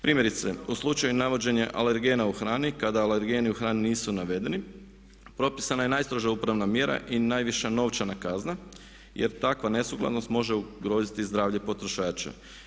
Primjerice, u slučaju navođenja alergena u hrani kada alergeni u hrani nisu navedeni, propisana je najstroža upravna mjera i najviša novčana kazna jer takva nesukladnost može ugroziti zdravlje potrošača.